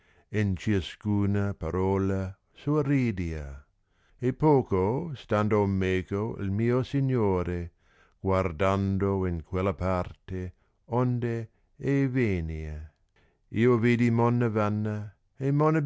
e n ciascuna parola sua ridia e poco stando meco il mio signore guardando in quella parte onde ei venia io vidi monna tanna